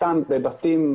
סתם בבתים,